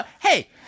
Hey